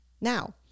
Now